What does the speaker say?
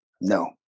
No